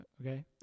okay